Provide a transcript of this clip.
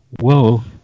whoa